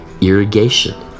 irrigation